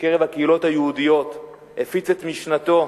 בקרב הקהילות היהודיות והפיץ את משנתו.